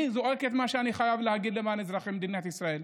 אני זועק את מה שאני חייב למען אזרחי מדינת ישראל.